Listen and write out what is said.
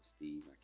Steve